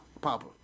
Papa